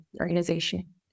organization